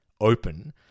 open